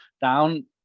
down